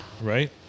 Right